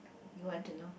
you want to know